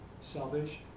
salvation